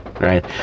right